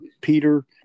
Peter